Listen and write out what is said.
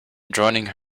joining